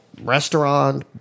Restaurant